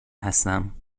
هستم